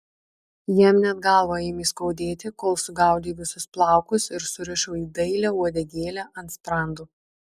jam net galvą ėmė skaudėti kol sugaudė visus plaukus ir surišo į dailią uodegėlę ant sprando